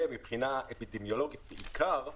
ומבחינה אפידמיולוגית, בעיקר,